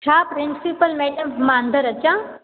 छा principal madam मां अंदरि अचा